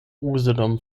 usedom